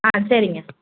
ஆ சரிங்க